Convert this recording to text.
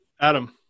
Adam